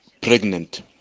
pregnant